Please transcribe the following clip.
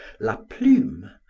la plume,